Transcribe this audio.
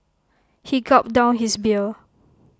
he gulped down his beer